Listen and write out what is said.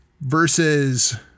versus